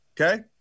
Okay